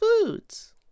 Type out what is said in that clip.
foods